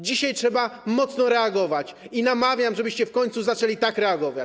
Dzisiaj trzeba mocno reagować i namawiam, żebyście w końcu zaczęli tak reagować.